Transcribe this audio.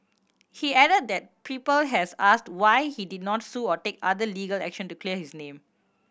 he added that people has asked why he did not sue or take other legal action to clear his name